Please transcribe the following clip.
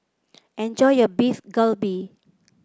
enjoy your Beef Galbi